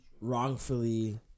wrongfully